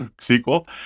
sequel